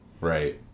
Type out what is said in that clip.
right